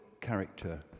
character